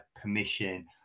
permission